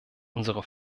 unsere